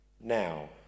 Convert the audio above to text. Now